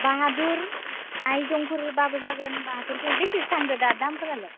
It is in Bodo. बाहादुर आइजंफोरबाबो जागोन बाहादुरफोर बेसेसो थांदों दा दामफोरालाय